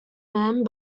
man